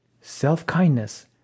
Self-kindness